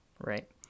Right